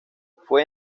fue